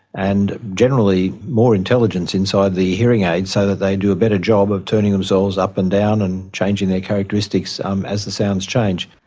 and generally more intelligence inside the hearing aid so that they do a better job of turning themselves up and down and changing their characteristics um as the sounds change.